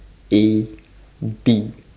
A D